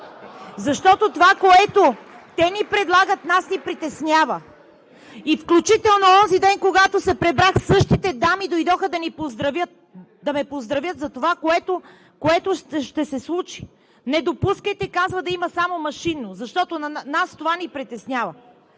Защото това, което те ни предлагат, нас ни притеснява!“ Включително онзи ден, когато се прибрах, същите дами дойдоха да ме поздравят за това, което ще се случи. „Не допускайте – казват – да има само машинно, защото нас това ни притеснява.“